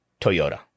toyota